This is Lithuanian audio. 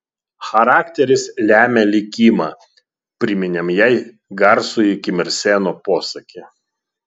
charakteris lemia likimą priminėm jai garsųjį kim ir seno posakį